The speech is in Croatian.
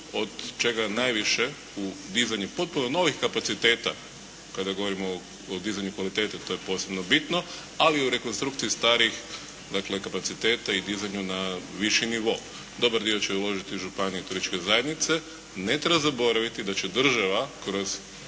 od čega najviše u dizanju potpuno novih kapaciteta kada govorimo o dizanju kvalitete. To je posebno bitno, ali i u rekonstrukciji starih, dakle kapaciteta i dizanju na viši nivo. Dobar dio će uložiti županije i turističke zajednice. Ne treba zaboraviti da će država kroz